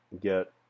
get